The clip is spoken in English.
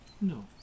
No